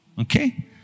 Okay